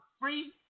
free